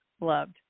loved